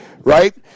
right